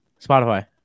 Spotify